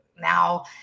now